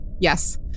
yes